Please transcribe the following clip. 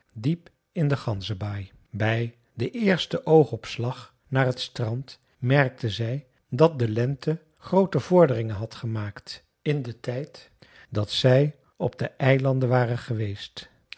diep in de ganzenbaai bij den eersten oogopslag naar t strand merkten zij dat de lente groote vorderingen had gemaakt in den tijd dat zij op de eilanden waren geweest